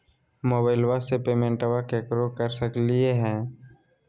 मोबाइलबा से पेमेंटबा केकरो कर सकलिए है?